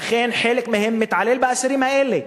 ולכן חלק מהם מתעלל באסירים האלה.